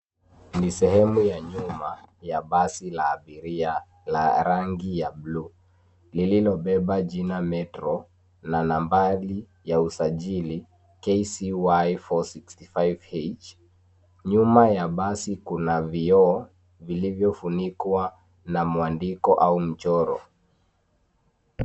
Ni sehemu ya nyuma ya basi la abiria la rangi ya buluu lililobeba jina Metro na nambari ya usajili KCY 465H. Nyuma ya basi kuna vioo vilivyofunikwa na mwandiko au mchoro.